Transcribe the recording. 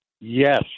Yes